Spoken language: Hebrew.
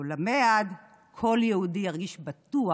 שלעולמי עד כל יהודי ירגיש בטוח